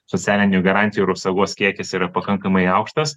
socialinių garantijų ir apsaugos kiekis yra pakankamai aukštas